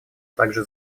также